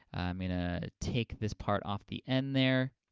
i mean ah take this part off the end there.